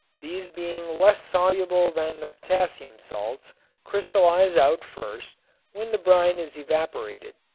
these being less soluble than the potassium salts crystallize out first when the brine is evaporated.